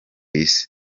isi